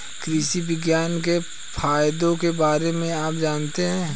कृषि विज्ञान के फायदों के बारे में आप जानते हैं?